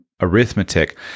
arithmetic